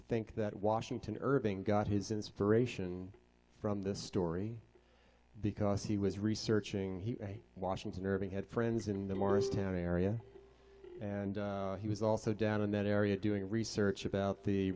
think that washington irving got his inspiration from this story because he was researching he washington irving had friends in the morristown area and he was also down in that area doing research about the